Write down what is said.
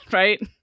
right